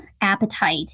appetite